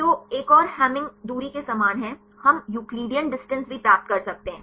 तो एक और हैमिंग दूरी के समान है हम यूक्लिडियन दूरी भी प्राप्त कर सकते हैं